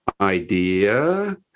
idea